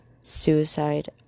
suicide